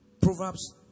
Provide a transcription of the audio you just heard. Proverbs